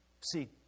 See